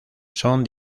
son